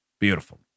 Beautiful